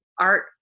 art